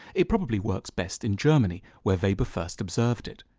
it probably works best in germany where weber first observed it.